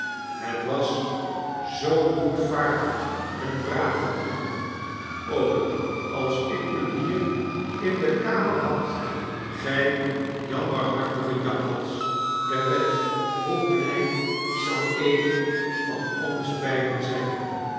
het was zoo boetvaardig en braaf van u als ik u hier in de kamer had gij jammerhartige jakhals der wet hoe bkj zou een van ons beiden zijn